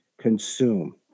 consume